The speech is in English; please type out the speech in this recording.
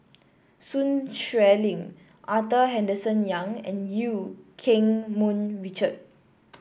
Sun Xueling Arthur Henderson Young and Eu Keng Mun Richard